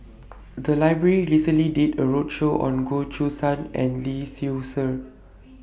The Library recently did A roadshow on Goh Choo San and Lee Seow Ser